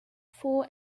four